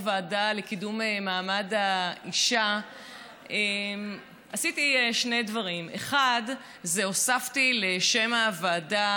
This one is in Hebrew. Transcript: הוועדה לקידום מעמד האישה עשיתי שני דברים: הוספתי לשם הוועדה